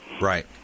Right